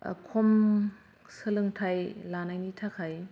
खम सोलोंथाइ लानायनि थाखाय